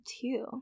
two